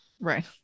Right